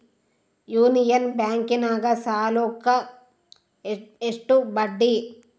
Union ಬ್ಯಾಂಕಿನಾಗ ಸಾಲುಕ್ಕ ಎಷ್ಟು ಬಡ್ಡಿ?